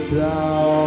thou